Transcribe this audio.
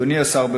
אדוני השר,